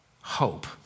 hope